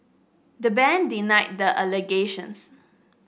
the bank denied the allegations